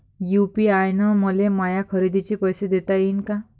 UPI न मले माया खरेदीचे पैसे देता येईन का?